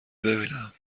ببینم